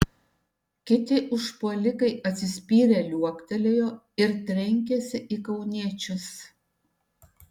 kiti užpuolikai atsispyrę liuoktelėjo ir trenkėsi į kauniečius